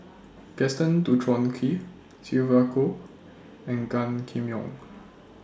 Gaston Dutronquoy Sylvia Kho and Gan Kim Yong